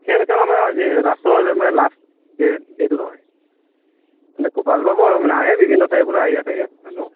খেলখন আমাৰ আজি লাষ্টৰ মানে লাষ্ট ডে ডেটোত হয় মানে খুব ভাল পাব আৰু মানে আহে বিভিন্ন ঠাইৰপৰা আহি আছে ইয়াত মানুহ